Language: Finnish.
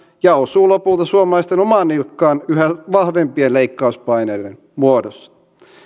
osuu lopulta suomalaisten omaan nilkkaan yhä vahvempien leikkauspaineiden muodossa